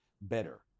better